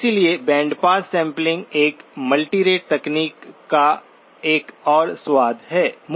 इसलिए bandpass sampling एक multirate तकनीक का एक और स्वाद है